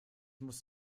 muss